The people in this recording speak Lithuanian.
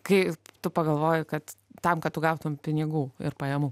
kai tu pagalvoji kad tam kad tu gautum pinigų ir pajamų